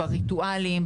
בריטואלים,